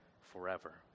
forever